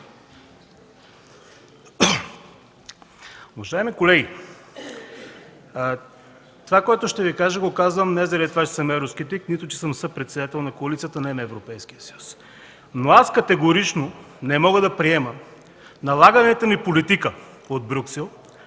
Уважаеми колеги, това, което ще Ви кажа, го казвам не заради това, че съм евроскептик, нито че съм съпредседател на коалицията „Не на Европейския съюз”. Аз категорично не мога да приема налаганата ни политика от Брюксел